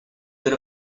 good